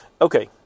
Okay